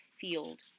field